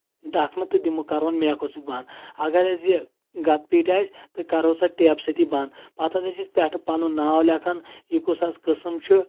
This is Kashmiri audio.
ڈکھنہٕ تہٕ دِمو کرووٚن میکھو سۭتۍ بنٛد اَگر حظ یہِ گَتہٕ پیٖٹ آسہِ تہٕ کَرٕہوس أسۍ ٹیپہٕ سۭتی بنٛد پَتہٕ حظ أسۍ یہِ پٮ۪ٹھٕ پَنُن ناو لیکھان یہِ کُس حظ قٕسم چھُ